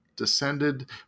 descended